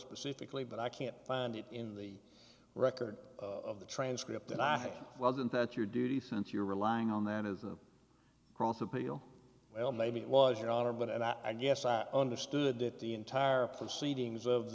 specifically but i can't find it in the record of the transcript that i wasn't that your duty since you're relying on that is the cross appeal well maybe it was your honor but i guess i understood that the entire proceedings of